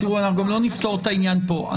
אנחנו גם לא נפתור את העניין פה.